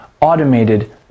automated